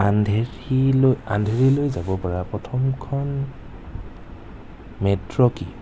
আন্ধেৰী আন্ধেৰীলৈ যাব পৰা প্ৰথমখন মেট্ৰো কি